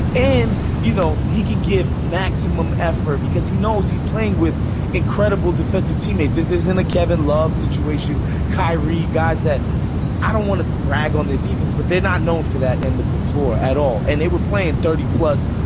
and you know, he could give maximum effort because he knows he's playing with incredible defensive teammates. this isn't a kevin love situation kyrie. guys that i don't want to drag on the defense, but not known for that end of the floor at all. and they were playing thirty plus,